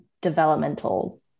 developmental